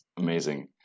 Amazing